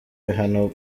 bihano